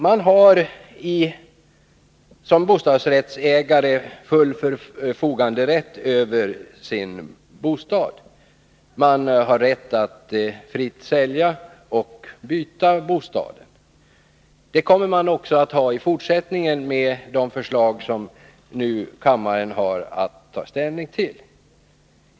Man har som bostadsrättsägare full förfoganderätt över sin bostad. Man har rätt att fritt sälja och byta bostad. Det kommer man också att ha i fortsättningen med de förslag som kammaren nu har att ta ställning till.